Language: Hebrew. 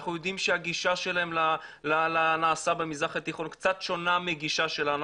אנחנו יודעים שהגישה שלהם לנעשה במזרח התיכון היא קצת שונה מהגישה שלנו,